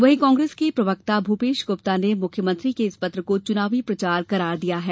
वहीं कांग्रेस के प्रवक्ता भूपेश गुप्ता ने मुख्यमंत्री के इस पत्र को चुनावी प्रचार करार दिया है